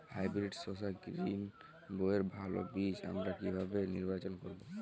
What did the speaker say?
Hybrid শসা গ্রীনবইয়ের ভালো বীজ আমরা কিভাবে নির্বাচন করব?